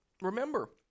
Remember